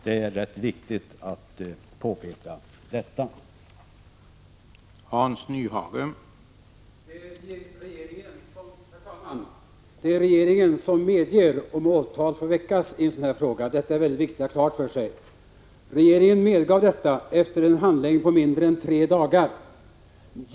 Det är viktigt att påpeka detta för att missförstånd inte skall råda.